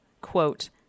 quote